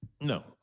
no